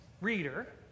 reader